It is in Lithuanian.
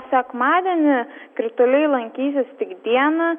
sekmadienį krituliai lankysis tik dieną